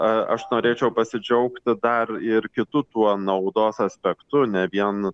aš norėčiau pasidžiaugti dar ir kitu tuo naudos aspektu ne vien